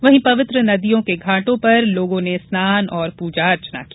वहीं पवित्र नदियों के घांट पर लोगों ने स्नान और पूजा अर्चना की